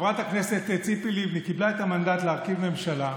שבהן חברת הכנסת ציפי לבני קיבלה את המנדט להרכיב ממשלה,